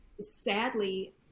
sadly